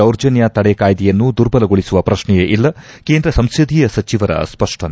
ದೌರ್ಜನ್ನ ತಡೆ ಕಾಯ್ದೆಯನ್ನು ದುರ್ಬಲಗೊಳಿಸುವ ಪ್ರಶ್ನೆಯೇ ಇಲ್ಲ ಕೇಂದ್ರ ಸಂಸದೀಯ ಸಚಿವರ ಸ್ಪಷ್ಟನೆ